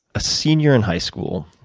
a senior in high school,